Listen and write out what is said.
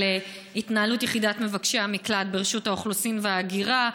התנהלות יחידת מבקשי המקלט ברשות האוכלוסין וההגירה,